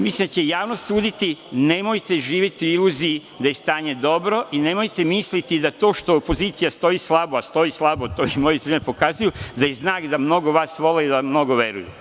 Mislim da će javnost suditi, nemojte živeti u iluziji da je stanje dobro i nemojte misliti da to što opozicija stoji slabo, a stoji slabo, to i moji pokazuju da je znak da mnogo vas vole i da vam mnogo veruju.